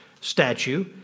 statue